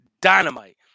dynamite